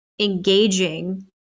engaging